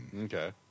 okay